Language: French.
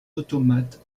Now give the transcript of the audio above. automates